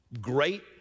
great